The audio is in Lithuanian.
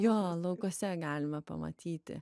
jo laukuose galima pamatyti